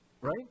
Right